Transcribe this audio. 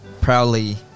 proudly